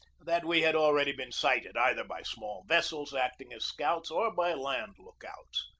that we had already been sighted either by small vessels acting as scouts or by land lookouts.